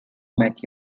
matt